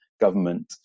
government